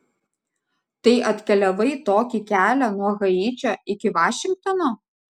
tai atkeliavai tokį kelią nuo haičio iki vašingtono